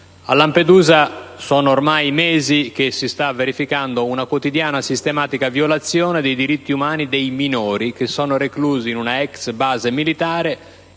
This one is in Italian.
A Lampedusa sono ormai mesi che si sta verificando una quotidiana e sistematica violazione dei diritti umani dei minori reclusi in una ex base militare